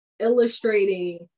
illustrating